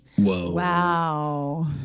wow